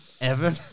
Evan